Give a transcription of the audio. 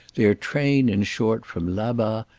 their train, in short, from la-bas,